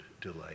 delight